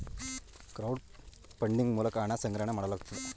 crowd funding ಮೂಲಕ ಹಣ ಸಂಗ್ರಹಣೆ ಮಾಡಲಾಗುತ್ತದೆ